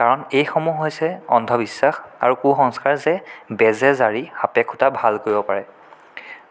কাৰণ এই সমূহ হৈছে অন্ধবিশ্বাস আৰু কুসংস্কাৰ যে বেজে জাৰি সাপে খুটা ভাল কৰিব পাৰে